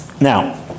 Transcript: Now